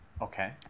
Okay